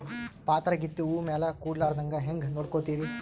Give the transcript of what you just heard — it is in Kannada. ಪಾತರಗಿತ್ತಿ ಹೂ ಮ್ಯಾಲ ಕೂಡಲಾರ್ದಂಗ ಹೇಂಗ ನೋಡಕೋತಿರಿ?